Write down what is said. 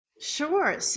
Sure